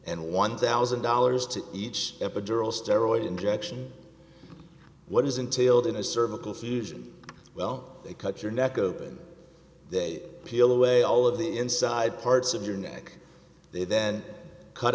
and one thousand dollars to each epidural steroid injection what is entailed in a cervical fusion well they cut your neck open they peel away all of the inside parts of your neck they then cut